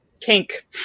kink